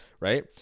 Right